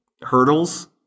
hurdles